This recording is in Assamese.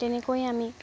তেনেকৈয়ে আমি